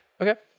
Okay